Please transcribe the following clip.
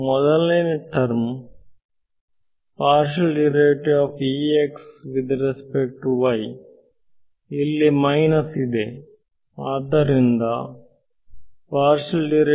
ಮೊದಲೇ ಟರ್ಮ ಇಲ್ಲಿ ಮೈನಸ್ ಇದೆ ಅಲ್ಲವೇ